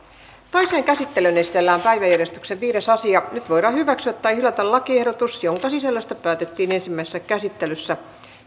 toiseen käsittelyyn esitellään päiväjärjestyksen viides asia nyt voidaan hyväksyä tai hylätä lakiehdotus jonka sisällöstä päätettiin ensimmäisessä käsittelyssä